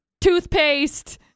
toothpaste